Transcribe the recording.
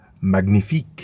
magnifique